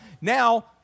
Now